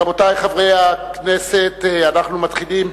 רבותי חברי הכנסת, אנחנו מתחילים,